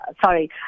sorry